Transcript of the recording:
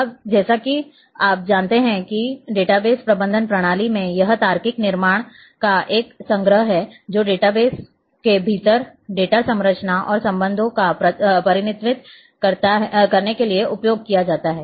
अब जैसा कि आप जानते हैं कि डेटाबेस प्रबंधन प्रणाली में यह तार्किक निर्माण का एक संग्रह है जो डेटा डेटाबेस के भीतर डेटा संरचना और संबंधों का प्रतिनिधित्व करने के लिए उपयोग किया जाता है